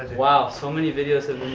wow, so many videos